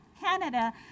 Canada